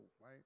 right